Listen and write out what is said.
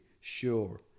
sure